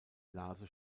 blase